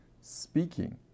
speaking